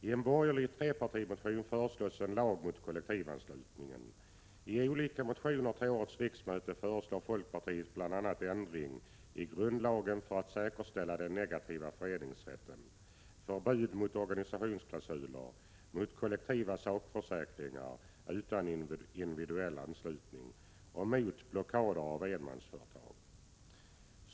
I en borgerlig trepartimotion föreslås en lag mot kollektivanslutningen. I olika motioner till årets riksmöte föreslår folkpartiet bl.a. ändring i grundlagen för att säkerställa den negativa föreningsrätten, förbud mot organisationsklausuler, förbud mot kollektiva sakförsäkringar utan individuell anslutning och förbud mot blockader av enmansföretag.